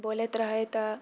बोलैत रहै तऽ